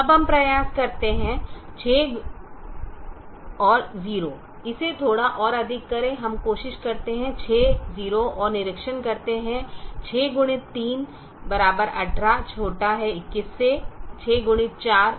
अब हम प्रयास करते हैं 60 इसे थोड़ा और अधिक करें हम कोशिश करते हैं 60 और निरीक्षण करते हैं कि 6x3 18 21 6x4 24 24 है